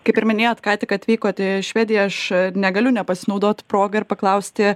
kaip ir minėjot ką tik atvykot į švediją aš negaliu nepasinaudoti proga ir paklausti